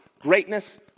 greatness